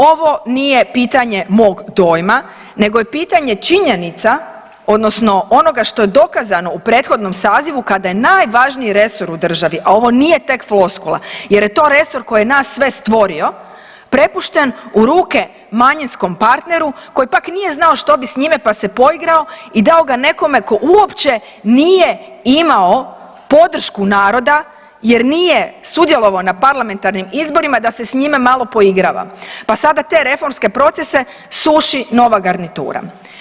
Ovo nije pitanje mog dojma nego je pitanje činjenica, odnosno onog što je dokazano u prethodnom sazivu kada je najvažniji resor u državi, a ovo nije tek floskula, jer je to resor koji je nas sve stvorio, prepušten u ruke manjinskom partneru koji pak nije znao što bi s njime, pa se poigrao i dao ga nekome tko uopće nije imao podršku naroda jer nije sudjelovao na parlamentarnim izborima da se s njime malo poigrava, pa sada te reformske procese suši nova garnitura.